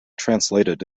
translated